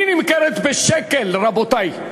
היא נמכרת בשקל, רבותי,